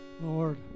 Lord